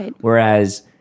whereas